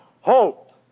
hope